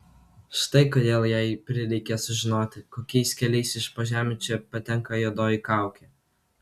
štai kodėl jai prireikė sužinoti kokiais keliais iš po žemių čia patenka juodoji kaukė